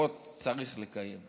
הבטחות צריך לקיים.